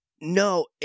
No